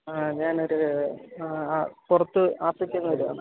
ആ ഞാനൊരു ആ പുറത്ത് ആഫ്രിക്കയിൽ നിന്ന് വരികയാണ്